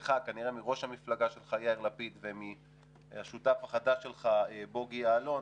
ממפלגתך כנראה מראש המפלגה שלך יאיר לפיד ומהשותף החדש שלך בוגי יעלון